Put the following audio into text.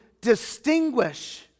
distinguish